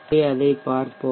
எனவே அதைப் பார்ப்போம்